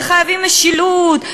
וחייבים משילות,